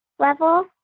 level